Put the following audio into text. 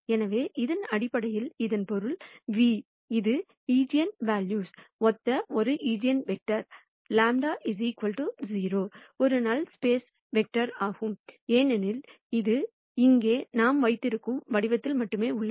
எனவே இதன் அடிப்படையில் இதன் பொருள் ν இது ஈஜென்வெல்யூக்கு ஒத்த ஒரு ஈஜென்வெக்டர் λ 0 ஒரு நல் ஸ்பேஸ் வெக்டர் ஆகும் ஏனெனில் இது இங்கே நாம் வைத்திருக்கும் வடிவத்தில் மட்டுமே உள்ளது